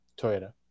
Toyota